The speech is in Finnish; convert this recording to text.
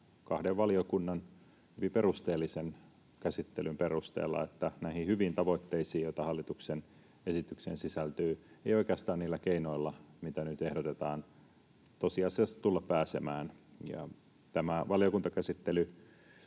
kahden valiokunnan hyvin perusteellisen käsittelyn perusteella vaikuttaa siltä, että näihin hyviin tavoitteisiin, joita hallituksen esitykseen sisältyy, ei oikeastaan niillä keinoilla, mitä nyt ehdotetaan, tosiasiassa tulla pääsemään. Tämä valiokuntakäsittely,